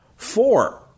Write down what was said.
Four